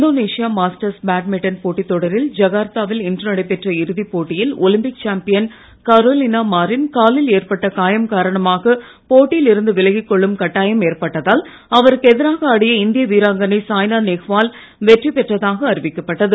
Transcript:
Indonesia Masters badminton போட்டித் தொடரில் Jakarta வில் இன்று நடைபெற்ற இறுதிப் போட்டியில் ஒலிம்பிக் சாம்பியன் கரோலினா மாரின் காலில் ஏற்பட்ட காயம் காரணமாக போட்டியில் இருந்து விலகிக்கொள்ளும் கட்டாயம் ஏற்பட்டதால் அவருக்கு எதிராக ஆடிய இந்திய வீராங்கனை சாய்னா நேவால் வெற்றி பெற்றதாக அறிவிக்கப்பட்டது